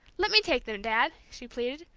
let me take them, dad, she pleaded,